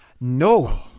no